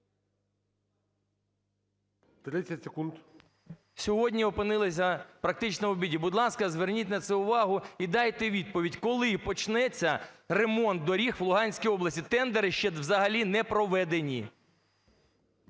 сьогодні опинилися практично в біді. Будь ласка, зверніть на це увагу і дайте відповідь: коли почнеться ремонт доріг в Луганській області? Тендери ще взагалі не проведені.